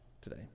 today